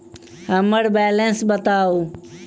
हम्मर बैलेंस बताऊ